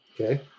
Okay